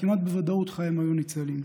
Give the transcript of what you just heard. כמעט בוודאות חייהן היו ניצלים.